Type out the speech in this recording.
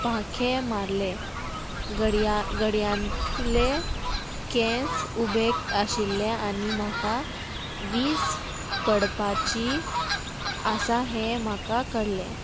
पांखे मारले गड्या गडयांतले केंस उबेक आशिल्ले आनी म्हाका वीज पडपाची आसा हे म्हाका कळ्ळे